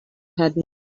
had